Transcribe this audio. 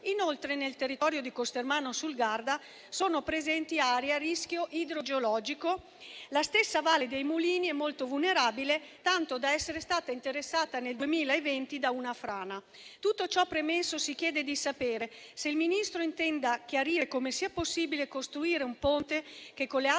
Inoltre, nel territorio di Costermano sul Garda sono presenti aree a rischio idrogeologico, mentre la stessa Valle dei mulini è molto vulnerabile, tanto da essere stata interessata nel 2020 da una frana. Tutto ciò premesso, si chiede di sapere se il Ministro intenda chiarire come sia possibile costruire un ponte che, con le altre